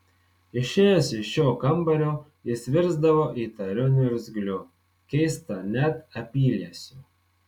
išėjęs iš šio kambario jis virsdavo įtariu niurgzliu keista net apyliesiu